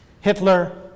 Hitler